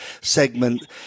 segment